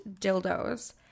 Dildos